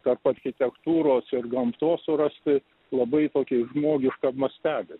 tarp architektūros ir gamtos surasti labai tokį žmogišką mastelį